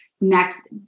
next